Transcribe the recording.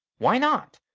why not?